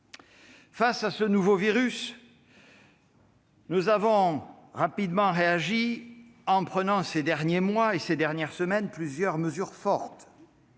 Face à ce nouveau virus, nous avons rapidement réagi, en prenant ces derniers mois et semaines plusieurs mesures fortes